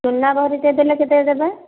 ସୁନା ଭରି ଦେଇ ଦେଲେ କେତେ ଦେବେ